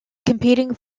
competing